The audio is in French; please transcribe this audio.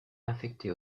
affecté